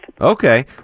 Okay